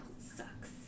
sucks